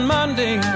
Monday